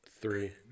three